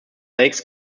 lakes